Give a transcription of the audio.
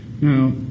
Now